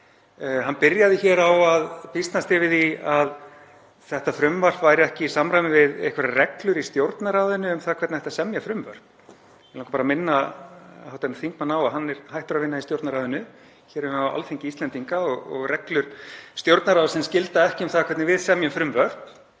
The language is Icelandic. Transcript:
Hann byrjaði á að býsnast yfir því að þetta frumvarp væri ekki í samræmi við einhverjar reglur í Stjórnarráðinu um það hvernig ætti að semja frumvörp. Mig langar bara að minna hv. þingmann á að hann er hættur að vinna í Stjórnarráðinu. Hér erum við á Alþingi Íslendinga og reglur Stjórnarráðsins gilda ekki um það hvernig við semjum frumvörp.